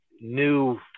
new